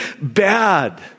bad